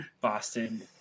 Boston